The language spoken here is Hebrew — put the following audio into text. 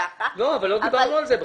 לא דיברנו על זה.